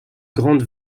grande